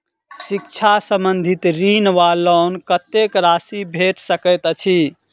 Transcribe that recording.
शिक्षा संबंधित ऋण वा लोन कत्तेक राशि भेट सकैत अछि?